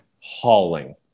hauling